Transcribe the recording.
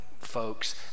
folks